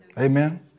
Amen